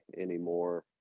anymore